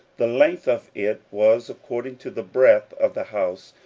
the length of it was according to the breadth of the house,